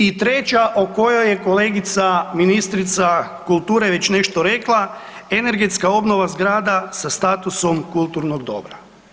I treća o kojoj je kolegica ministrica kulture već nešto rekla, energetska obnova zgrada sa statusa kulturnog dobra.